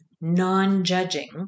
non-judging